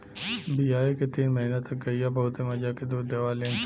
बियाये के तीन महीना तक गइया बहुत मजे के दूध देवलीन